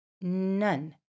None